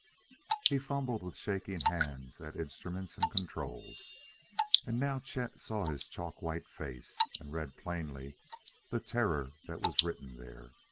he fumbled with shaking hands at instruments and controls and now chet saw his chalk-white face and read plainly the terror that was written there.